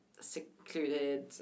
secluded